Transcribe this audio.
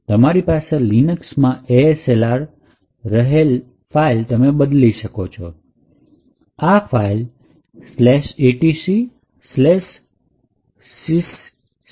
તમે તમારી linux માં ASLR બદલી શકો આ ફાઈલ etcsysctl